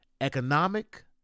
economic